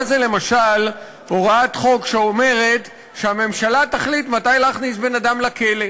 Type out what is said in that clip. מה זה למשל הוראת חוק שאומרת שהממשלה תחליט מתי להכניס בן-אדם לכלא?